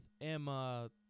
Emma